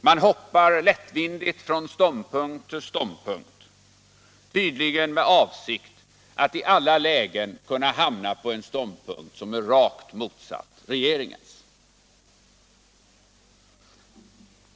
Man hoppar lättvindigt från ståndpunkt till ståndpunkt, tydligen med avsikt att i alla lägen kunna hamna på en ståndpunkt som är rakt motsatt regeringens.